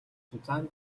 зузаан